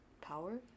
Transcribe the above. power